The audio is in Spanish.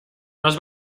nos